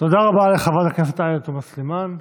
תודה רבה לחברת הכנסת עאידה תומא סלימאן.